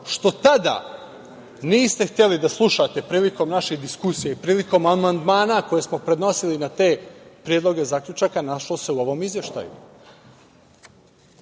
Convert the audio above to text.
što tada niste hteli da slušate prilikom naše diskusije i prilikom amandmana koje smo podnosili na te predloge zaključaka, našlo se u ovom Izveštaju. Zakon